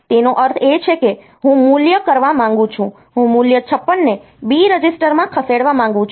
તેનો અર્થ એ છે કે હું મૂલ્ય કરવા માંગુ છું હું મૂલ્ય 56 ને B રજિસ્ટરમાં ખસેડવા માંગુ છું